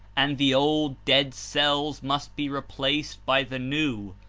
and the old, dead cells must be replaced by the new,